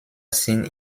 sind